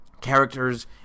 characters